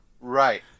Right